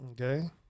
Okay